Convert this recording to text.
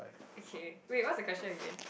okay wait what's the question again